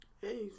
hey